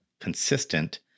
consistent